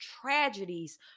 tragedies